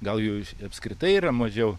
gal jų apskritai yra mažiau